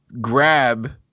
grab